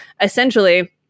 essentially